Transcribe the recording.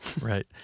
Right